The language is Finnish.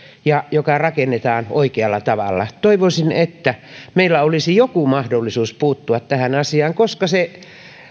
ja joka rakennetaan oikealla tavalla toivoisin että meillä olisi joku mahdollisuus puuttua tähän asiaan koska se